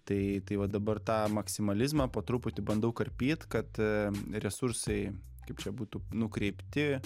tai tai vat dabar tą maksimalizmą po truputį bandau karpyt kad resursai kaip čia būtų nukreipti